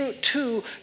two